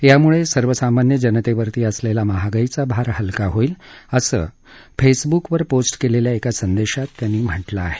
यामुळे सर्वसामान्य जनतेवरती असलेला महागाईचा भार हलका होईल असं फेसबुकवर पोस्ट केलेल्या एका संदेशात त्यांनी म्हटलं आहे